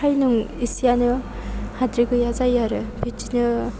फ्राय नों एसेआनो हाद्रि गैया जायो आरो बिदिनो